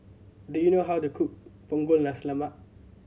do you know how to cook Punggol Nasi Lemak